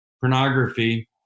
pornography